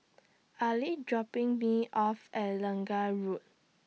Ali dropping Me off At Lange Road